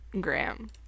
graham